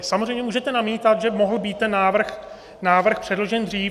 Samozřejmě můžete namítat, že mohl být ten návrh předložen dřív.